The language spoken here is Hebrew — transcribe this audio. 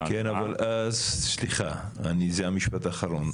כן אבל, סליחה, זה המשפט האחרון.